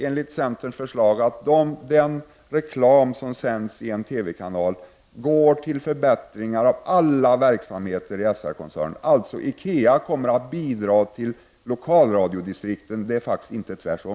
Enligt centerns förslag skall inkomsterna från den reklam som sänds i en TV-kanal gå till förbättringar av alla verksamheter i SR-koncernen. Så IKEA kommer att bidra till lokalradiodistrikten. Det är faktiskt inte tvärtom.